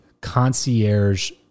concierge